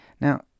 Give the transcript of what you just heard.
Now